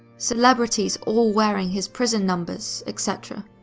celebrities all wearing his prison numbers, etc.